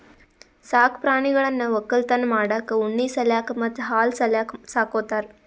ಸಾಕ್ ಪ್ರಾಣಿಗಳನ್ನ್ ವಕ್ಕಲತನ್ ಮಾಡಕ್ಕ್ ಉಣ್ಣಿ ಸಲ್ಯಾಕ್ ಮತ್ತ್ ಹಾಲ್ ಸಲ್ಯಾಕ್ ಸಾಕೋತಾರ್